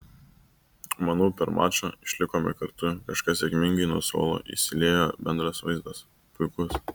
manau per mačą išlikome kartu kažkas sėkmingai nuo suolo įsiliejo bendras vaizdas puikus